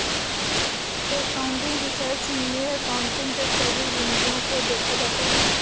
accounting research में accounting के सभी बिंदुओं को देखा जाता है